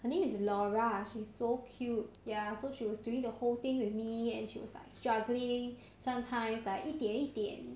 her name is laura she's so cute ya so she was doing the whole thing with me and she was struggling sometimes like 一点一点